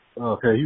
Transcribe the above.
okay